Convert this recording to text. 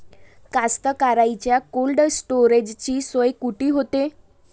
कास्तकाराइच्या कोल्ड स्टोरेजची सोय कुटी होते?